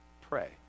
pray